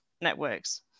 networks